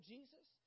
Jesus